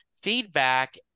feedback